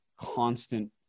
constant